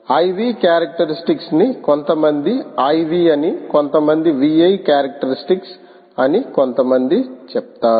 IV క్యారెక్టరిస్టిక్స్ని కొంతమంది IV అని కొంతమంది VI క్యారెక్టరిస్టిక్స్ అని కొంతమంది చెప్తారు